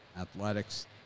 athletics